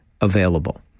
available